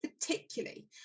particularly